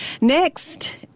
Next